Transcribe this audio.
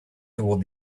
toward